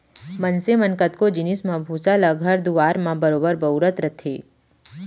मनसे मन कतको जिनिस म भूसा ल घर दुआर म बरोबर बउरत रथें